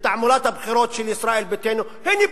בתעמולת הבחירות של ישראל ביתנו: הנה,